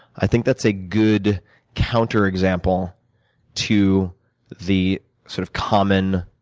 i think that's a good counter example to the sort of common